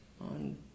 on